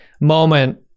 moment